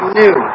new